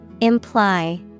Imply